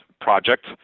project